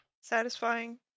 satisfying